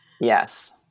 Yes